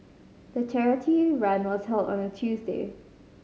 the charity run was held on a Tuesday